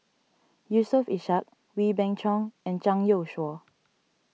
Yusof Ishak Wee Beng Chong and Zhang Youshuo